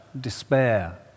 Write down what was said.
despair